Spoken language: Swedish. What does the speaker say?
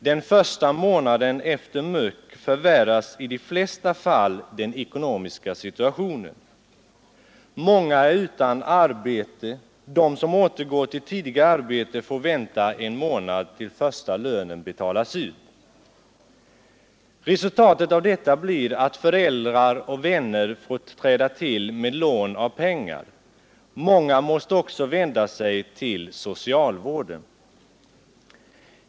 Den första månaden efter muck förvärras i de flesta fall den ekonomiska situationen. Många är utan arbete. De som återgår till ett tidigare arbete får vänta en månad innan den första lönen betalas ut. Resultatet av detta blir att föräldrar och vänner får träda till med lån av pengar. Många måste också vända sig till socialvården.